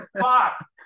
fuck